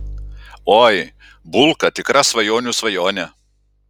oi bulka tikra svajonių svajonė